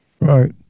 Right